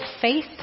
faith